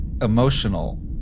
emotional